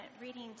reading